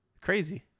Crazy